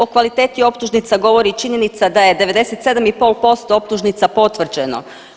O kvaliteti optužnica govori i činjenica da je 97,5% optužnica potvrđeno.